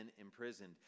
imprisoned